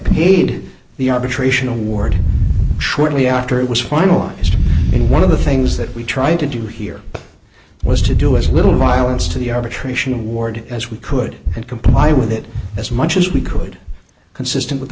hated the arbitration award shortly after it was finalized in one of the things that we tried to do here was to do as little violence to the arbitration award as we could and comply with it as much as we could consistent with the